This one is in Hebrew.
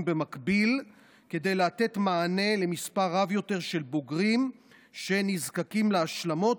במקביל כדי לתת מענה על מספר רב יותר של בוגרים שנזקקים להשלמות,